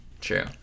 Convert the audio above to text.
True